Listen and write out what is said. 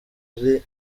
ari